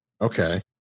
Okay